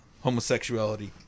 homosexuality